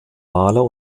maler